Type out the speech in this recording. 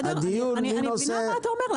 הדיון מי נושא --- אני מבינה מה אתה אומר.